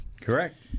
correct